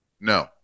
No